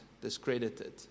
discredited